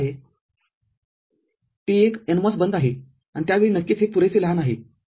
T १ NMOS बंद आहे आणि त्या वेळी नक्कीच हे पुरेसे लहान आहे बरोबर